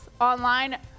online